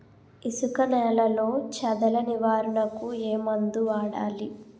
ఇసుక నేలలో చదల నివారణకు ఏ మందు వాడాలి?